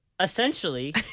Essentially